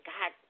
God